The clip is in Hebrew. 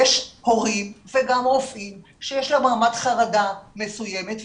יש הורים וגם רופאים שיש להם רמת חרדה מסוימת,